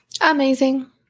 Amazing